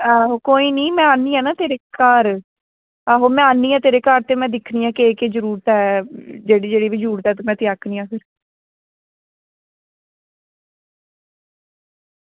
आहो कोई निं में आनी आं ना तेरे घर आहो में आनी आं तेरे घर ते दिक्खनियां केह् केह् जरूरत ऐ ते जेह्ड़ी जेह्ड़ी बी जरूरत ऐ ते में आक्खनी आं फिर